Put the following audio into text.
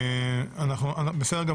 בסדר.